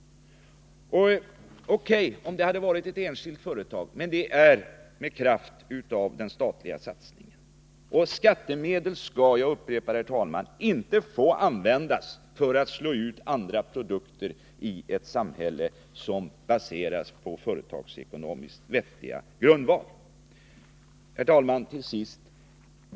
O.K. om det hade varit ett enskilt företag, men det är med kraft av den statliga satsningen som detta sker. Skattemedel skall, jag upprepar det, herr talman, inte få användas för att slå ut andra produkter i ett samhälle som baseras på en företagsekonomiskt vettig grundval. Till sist, herr talman!